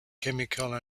chemical